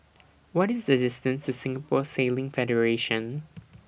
What IS The distance to Singapore Sailing Federation